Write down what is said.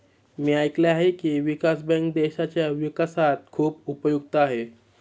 मी ऐकले आहे की, विकास बँक देशाच्या विकासात खूप उपयुक्त आहे